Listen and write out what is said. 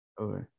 Okay